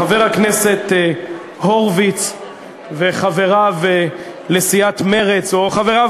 חבר הכנסת הורוביץ וחבריו לסיעת מרצ או חבריו